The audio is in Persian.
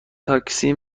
تاکسی